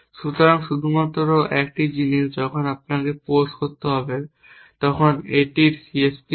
সুতরাং শুধুমাত্র একটি জিনিস যখন আপনাকে পোজ করতে হবে তখন এটির একটি CSP আছে